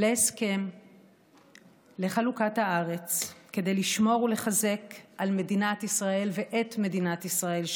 להסכם לחלוקת הארץ כדי לשמור על מדינת ישראל ולחזק את מדינת ישראל שלנו,